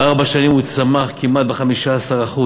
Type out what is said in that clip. בארבע שנים הוא צמח כמעט ב-15%,